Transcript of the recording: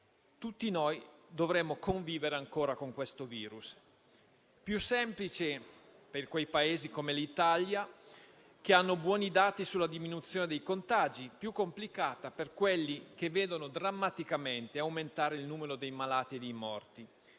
tutti noi dovremo convivere ancora con questo virus. È più semplice per quei Paesi, come l'Italia, che hanno buoni dati sulla diminuzione dei contagi; più complicato per quelli che vedono drammaticamente aumentare il numero dei malati e dei morti.